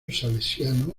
salesiano